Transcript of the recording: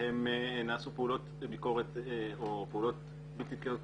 בהן נעשו פעולות ביקורת או פעולות בלתי תקינות,